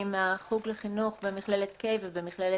אני מהחוג לחינוך במכללת קיי ובמכללת